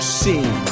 seen